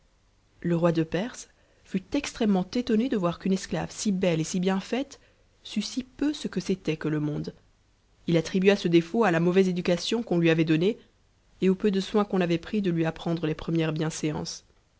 le roi de perse fut extrêmement étonné de voir qu'une esclave si belle et si bien faite sût si peu ce que c'était que le monde h attribua ce défaut à la mauvaise éducation qu'on lui avait donnée et au peu de soin qu'on avait pris de lui apprendre les premières bienséances